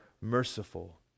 merciful